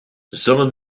zullen